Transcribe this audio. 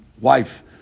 wife